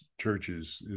churches